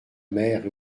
mère